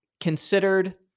considered